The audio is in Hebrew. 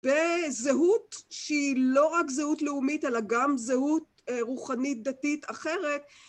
בזהות שהיא לא רק זהות לאומית אלא גם זהות רוחנית דתית אחרת